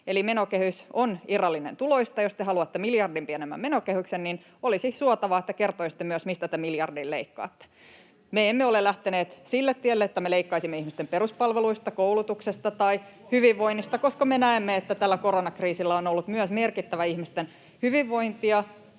eli menokehys on irrallinen tuloista. Jos te haluatte miljardin pienemmän menokehyksen, niin olisi suotavaa, että kertoisitte myös, mistä te miljardin leikkaatte. Me emme ole lähteneet sille tielle, että me leikkaisimme ihmisten peruspalveluista, koulutuksesta tai hyvinvoinnista, [Sari Sarkomaan välihuuto] koska me näemme, että tällä koronakriisillä on ollut myös merkittävä ihmisten hyvinvointia